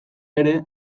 ere